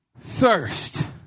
thirst